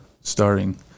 starting